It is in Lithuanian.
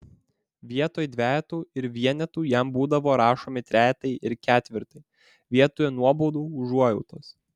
vietoj dvejetų ir vienetų jam būdavo rašomi trejetai ir ketvirtai vietoj nuobaudų užuojautos